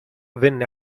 venne